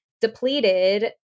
depleted